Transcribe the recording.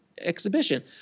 exhibition